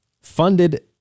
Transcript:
funded